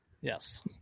Yes